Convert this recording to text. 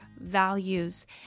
values